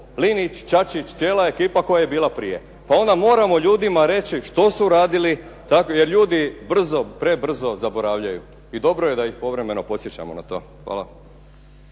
Linić, Čačić, cijela ekipa koja je bila prije. Pa onda moramo ljudima reći što su radili jer ljudi brzo, prebrzo zaboravljaju i dobro je da ih povremeno podsjećamo na to. Hvala.